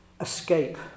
escape